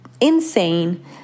insane